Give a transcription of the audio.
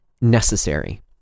necessary